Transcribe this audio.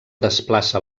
desplaça